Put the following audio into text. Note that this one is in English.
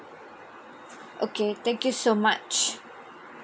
okay thank you so much